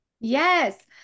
Yes